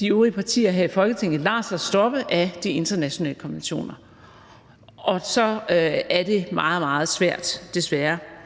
de øvrige partier her i Folketinget lader sig stoppe af de internationale konventioner, og så er det desværre meget, meget svært